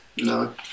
No